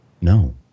No